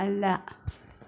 അല്ല